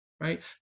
right